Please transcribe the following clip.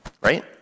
Right